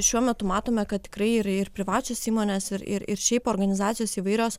šiuo metu matome kad tikrai yra ir privačios įmonės ir ir šiaip organizacijos įvairios